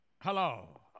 Hello